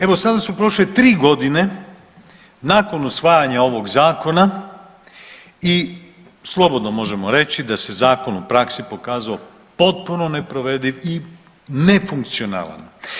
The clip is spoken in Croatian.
Evo sada su prošle 3.g. nakon usvajanja ovog zakona i slobodno možemo reći da se zakon u praksi pokazao potpuno neprovediv i nefunkcionalan.